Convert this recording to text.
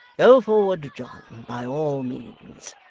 go forward, john, by all means.